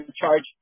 charge